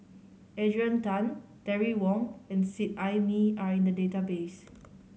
Adrian Tan Terry Wong and Seet Ai Mee are in the database